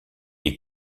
est